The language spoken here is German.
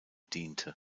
diente